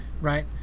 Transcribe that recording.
right